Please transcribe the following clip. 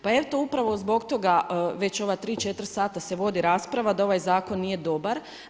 Pa eto, upravo zbog toga, već ova 3-4 sata se vodi rasprava da ovaj Zakon nije dobar.